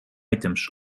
items